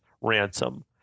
ransom